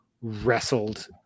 wrestled